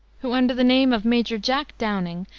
who, under the name of major jack downing,